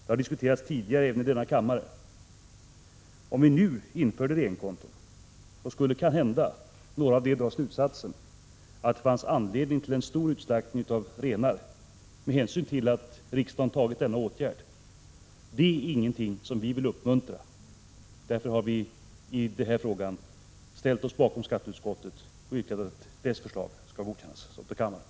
Den har diskuterats också tidigare i denna kammare. Om vi nu införde renkonton, skulle några med anledning av ett sådant riksdagsbeslut kanhända dra slutsatsen att det fanns anledning till en stor utslaktning av renar. Någonting sådant vill vi inte uppmuntra. Därför har vi i denna fråga ställt oss bakom skatteutskottets förslag och yrkat att detta skall godkännas av kammaren.